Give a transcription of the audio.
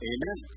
Amen